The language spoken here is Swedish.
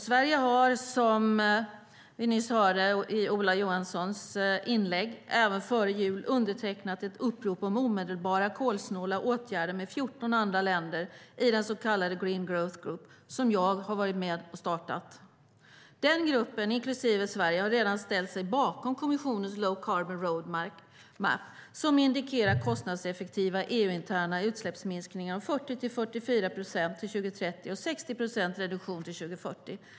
Sverige har även, som vi nyss hörde i Ola Johanssons inlägg, före jul undertecknat ett upprop om omedelbara kolsnåla åtgärder med 14 andra länder i den så kallade Green Growth Group som jag har varit med och startat. Den gruppen, inklusive Sverige, har redan ställt sig bakom kommissionens low-carbon roadmap, som indikerar kostnadseffektiva EU-interna utsläppsminskningar om 40-44 procent till 2030 och 60 procent till 2040.